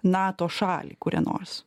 nato šalį kurią nors